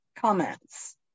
Comments